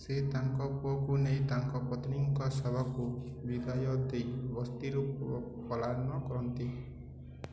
ସେ ତାଙ୍କ ପୁଅକୁ ନେଇ ତାଙ୍କ ପତ୍ନୀଙ୍କ ଶବକୁ ବିଦାୟ ଦେଇ ବସ୍ତିରୁ ପଳାୟନ କରନ୍ତି